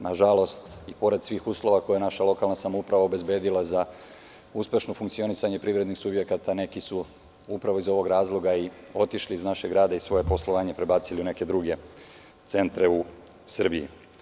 Nažalost, i pored svih uslova koje je naša lokalna samouprava obezbedila za uspešno funkcionisanje privrednih subjekata, neki su upravo iz ovog razloga i otišli iz našeg grada i svoje poslovanje prebacili u neke druge centre u Srbiji.